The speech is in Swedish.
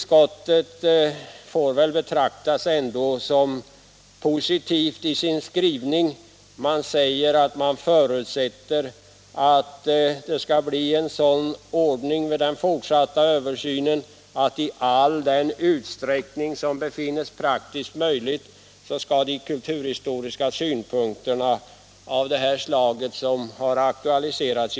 Ändå får väl utskottets skrivning betraktas som positiv. Utskottet förutsätter nämligen att det skall bli en sådan ordning vid den fortsatta översynen att kulturhistoriska synpunkter av det slag som aktualiserats i motionen skall tillgodoses i all den utsträckning som befinnes praktiskt möjlig.